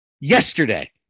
yesterday